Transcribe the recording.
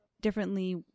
differently